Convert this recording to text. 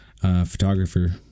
photographer